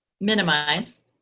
Minimize